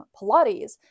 Pilates